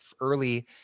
early